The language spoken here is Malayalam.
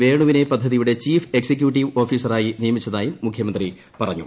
വേണുവിനെ പദ്ധതിയുടെ ചീഫ് എക്സിക്യൂട്ടീവ് ഓഫീസറായി നിയമിച്ചതായും മുഖ്യമന്ത്രി പറഞ്ഞു